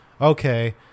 okay